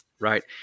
right